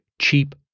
cheap